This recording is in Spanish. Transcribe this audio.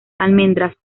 almendras